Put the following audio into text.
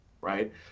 right